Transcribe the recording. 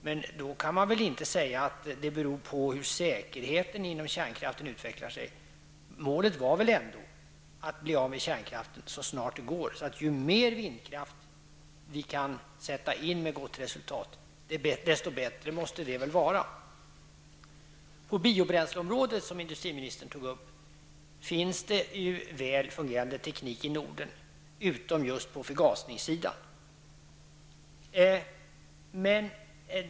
Men då kan man väl inte säga att det beror på hur säkerheten inom kärnkraften utvecklar sig. Målet var väl ändå att bli av med kärnkraften så snart det går? Ju mer vindkraft som sätts in med gott resultat, desto bättre måste det vara. Industriministern tog upp frågan om biobränsle. Där finns det väl fungerande teknik i Norden utom just för förgasning.